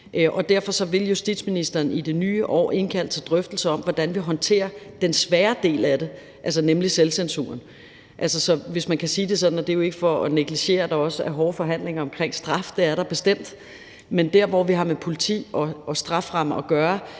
derfor vil justitsministeren i det nye år indkalde til drøftelser om, hvordan vi håndterer den svære del af det, nemlig selvcensuren, hvis man kan sige det sådan. Og det er jo ikke for at negligere, at der også er hårde forhandlinger omkring straf; det er der bestemt. Men der, hvor vi har med politi og strafferamme at gøre,